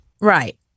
Right